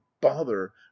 bother